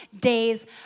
days